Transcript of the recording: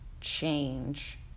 change